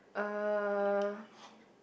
uh